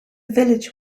village